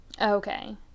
Okay